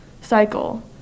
cycle